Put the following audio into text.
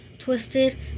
Twisted